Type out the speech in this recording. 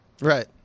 Right